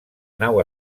nau